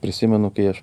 prisimenu kai aš